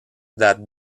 that